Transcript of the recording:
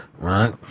right